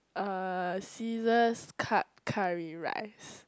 uh scissors cut curry rice